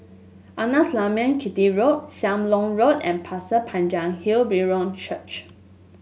Arnasalam Chetty Road Sam Leong Road and Pasir Panjang Hill Brethren Church